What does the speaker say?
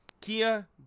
Kia